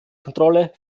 kontrolle